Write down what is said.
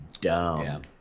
dumb